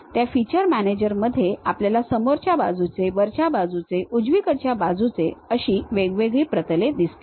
त्या feature manager मध्ये आपल्याला समोरच्या बाजूचे वरच्या बाजूचे उजवीकडच्या बाजूचे अशी वेगवेगळी प्रतले दिसतील